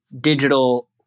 digital